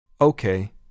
Okay